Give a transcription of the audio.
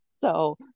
So-